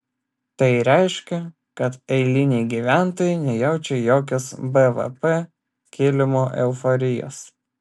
tai reiškia kad eiliniai gyventojai nejaučia jokios bvp kilimo euforijos